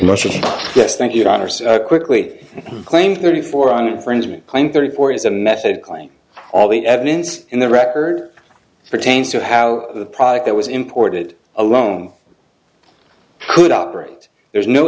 much yes thank you quickly claimed thirty four on infringement claim thirty four is a method claim all the evidence in the record pertains to how the product that was imported alone could operate there's no